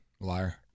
Liar